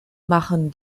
machen